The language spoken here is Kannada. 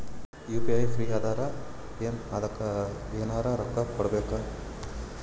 ಯು.ಪಿ.ಐ ಫ್ರೀ ಅದಾರಾ ಏನ ಅದಕ್ಕ ಎನೆರ ರೊಕ್ಕ ಕೊಡಬೇಕ?